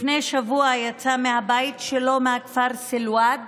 לפני שבוע יצא מהבית שלו מהכפר סלואד